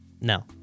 no